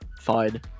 fine